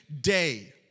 day